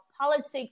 politics